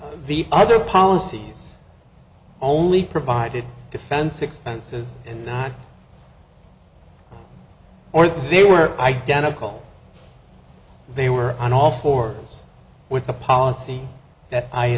on the other policies only provided defense expenses and or if they were identical they were on all fours with the policy that i